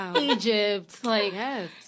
Egypt—like